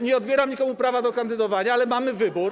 Nie odbieram nikomu prawa do kandydowania, ale mamy wybór.